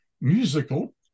musical